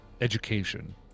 education